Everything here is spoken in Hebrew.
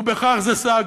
ובכך זה שר,